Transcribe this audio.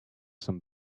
some